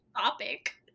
topic